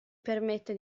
permette